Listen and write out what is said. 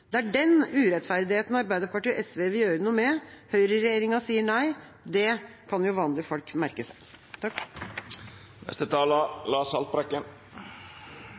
Det er den urettferdigheten Arbeiderpartiet og SV vil gjøre noe med. Høyreregjeringa sier nei. Det kan jo vanlige folk merke seg.